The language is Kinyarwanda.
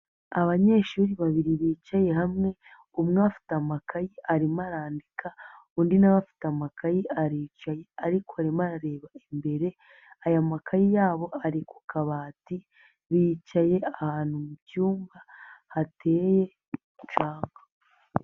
Abanyeshuri babiri bicaye hamwe umwe afite amakayi arimo arandika undi nawe afite amakayi aricaye ariko arimo arareba imbere, aya makaye yabo ari ku kabati, bicaye ahantu mu cyumba hateye umucanga.